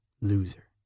loser